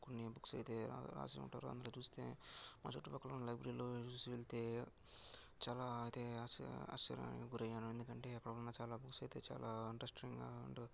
కొన్ని బుక్స్ అయితే వ్రాసి ఉంటారు అందులో చూస్తే మా చుట్టుపక్కలున్న లైబ్రరీలో చూసి వెళ్తే చాలా అయితే ఆశ్చ ఆశ్చర్యానికి గురి అయ్యాను ఎందుకంటే అక్కడున్న చాలా బుక్సయితే చాలా ఇంట్రెస్టింగ్గా